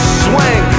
swing